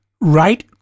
right